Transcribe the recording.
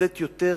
לתת יותר